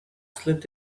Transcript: slipped